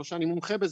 לא שאני מומחה בזה,